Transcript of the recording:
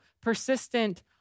persistent